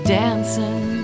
dancing